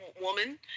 woman